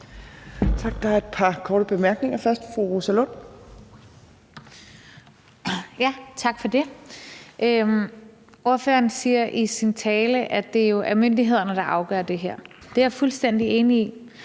Tak. Der er et par korte bemærkninger, først fra fru Rosa Lund. Kl. 15:15 Rosa Lund (EL): Tak for det. Ordføreren siger i sin tale, at det jo er myndighederne, der gør det her. Det er jeg fuldstændig enig i,